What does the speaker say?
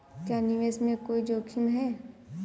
क्या निवेश में कोई जोखिम है?